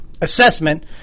assessment